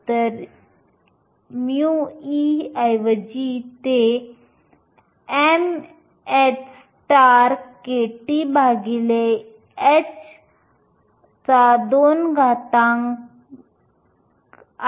तर me ऐवजी ते mhkTh232 आहे